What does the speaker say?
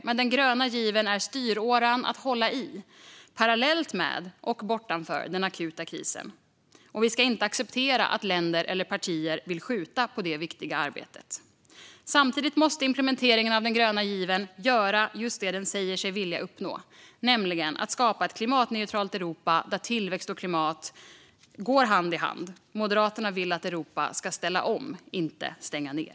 Men den gröna given är styråran att hålla i, parallellt med och bortanför den akuta krisen, och vi ska inte acceptera att länder eller partier vill skjuta på det viktiga arbetet. Samtidigt måste implementeringen av den gröna given göra just det den säger sig vilja uppnå: skapa ett klimatneutralt Europa där tillväxt och klimat går hand i hand. Moderaterna vill att Europa ska ställa om - inte stänga ned.